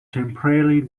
temporarily